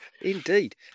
Indeed